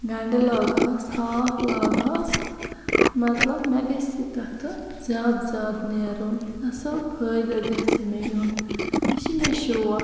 گَنٛڈٕ لاگہَس ہاکھ لاگہَس مَطلَب مےٚ گَژھِ تتھ زیادٕ زیادٕ نیرُن اصل پھٲیدٕ گَژھِ مےٚ یُن یہِ چھُ مےٚ شوق